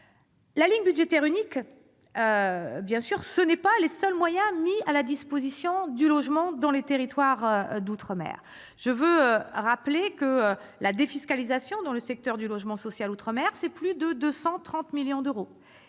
La ligne budgétaire unique n'est au demeurant pas le seul moyen mis à la disposition du logement dans les territoires d'outre-mer. Je rappelle que la défiscalisation dans le secteur du logement social outre-mer représente plus de 230 millions d'euros.